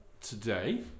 today